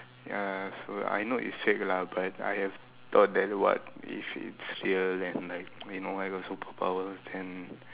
ya so I know is fake lah but I have thought that what if it's real then like you know I got superpower then